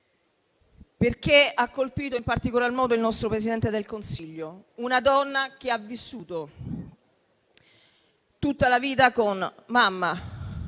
perché ha colpito il nostro Presidente del Consiglio, una donna che ha vissuto tutta la vita con mamma,